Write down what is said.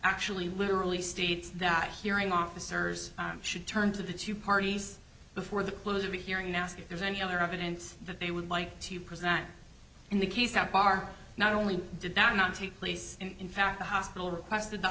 actually literally states that hearing officers should turn to the two parties before the close of the hearing now ask if there's any other evidence that they would like to present in the case how far not only did not not take place and in fact the hospital requested the